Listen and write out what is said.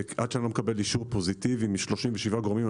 שעד שאני לא מקבל אישור פוזיטיבי מ-37 גורמים,